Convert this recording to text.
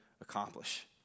accomplish